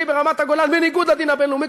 ברמת-הגולן בניגוד לדין הבין-לאומי,